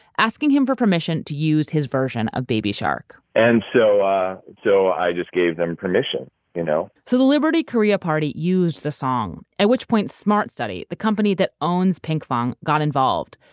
asking him for permission to use his version of baby shark and so so i just gave them permission you know so the liberty korea party used the song, at which point, smartstudy, the company that owns pinkfong, got involved,